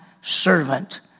servant